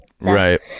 Right